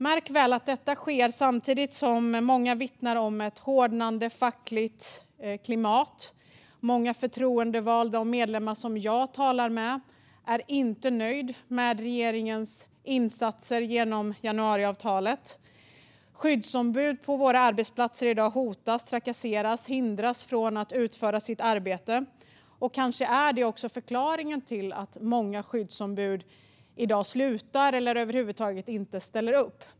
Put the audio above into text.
Märk väl att detta sker samtidigt som många vittnar om ett hårdnande fackligt klimat. Många förtroendevalda och medlemmar som jag talar med är inte nöjda med regeringens insatser genom januariavtalet. Skyddsombud på våra arbetsplatser hotas, trakasseras och hindras från att utföra sitt arbete i dag. Kanske är detta också förklaringen till att många skyddsombud slutar eller över huvud taget inte ställer upp.